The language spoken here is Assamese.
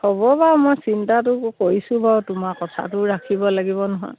হ'ব বাৰু মই চিন্তাটো কৰিছোঁ বাৰু তোমাৰ কথাটোও ৰাখিব লাগিব নহয়